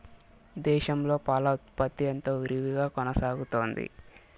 దేశంలో పాల ఉత్పత్తి ఎంతో విరివిగా కొనసాగుతోంది